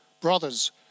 Brothers